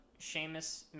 Seamus